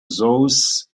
those